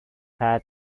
pat